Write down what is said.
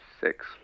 Six